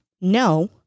No